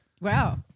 Wow